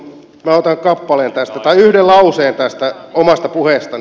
minä otan yhden lauseen tästä omasta puheestani